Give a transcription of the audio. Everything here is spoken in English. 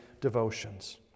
devotions